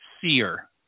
seer